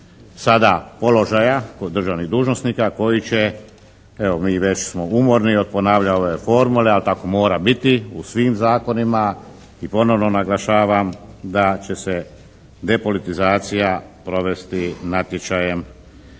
sada položaja kod državnih dužnosnika koji će, evo mi već smo umorni od ponavljanja ove formule, ali tako mora biti u svim zakonima i ponovno naglašavam da će se depolitizacija provesti natječajem.